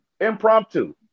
impromptu